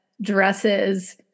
dresses